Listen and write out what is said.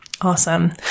Awesome